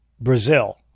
Brazil